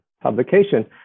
publication